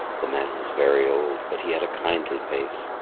the man was very old but he had a kindly face,